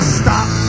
stop